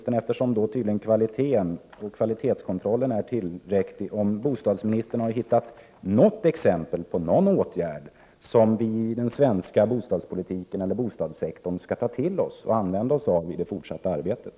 Eftersom tydligen kvaliteten och kvalitetskontrollen anses vara tillräcklig vill jag fråga bostadsministern, om han har hittat något exempel på någon åtgärd som vi i den svenska bostadspolitiken eller bostadssektorn skall ta till oss och använda oss av i det fortsatta arbetet.